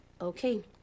Okay